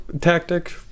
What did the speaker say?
tactic